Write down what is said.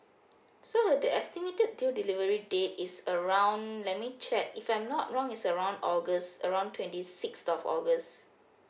so her the estimated due delivery date is around let me check if I'm not wrong is around august around twenty sixth of august